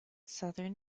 southern